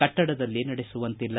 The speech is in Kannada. ಕಟ್ಟಡದಲ್ಲಿ ನಡೆಸುವಂತಿಲ್ಲ